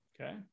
Okay